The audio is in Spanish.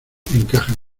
encajan